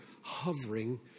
hovering